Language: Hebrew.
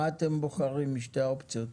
מה אתם בוחרים משתי האופציות?